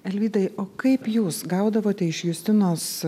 alvydai o kaip jūs gaudavote iš justinos